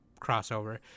crossover